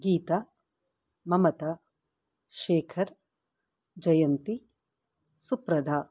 Gita Mamata Shekhar Jayanti Suprada